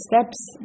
steps